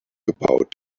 about